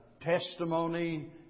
testimony